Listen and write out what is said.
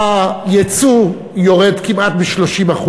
היצוא יורד כמעט ב-30%,